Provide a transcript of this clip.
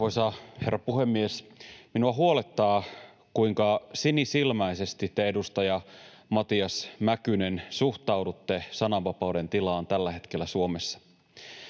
Arvoisa herra puhemies! Minua huolettaa, kuinka sinisilmäisesti te, edustaja Matias Mäkynen, suhtaudutte sananvapauden tilaan tällä hetkellä Suomessa.